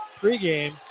pregame